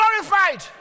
glorified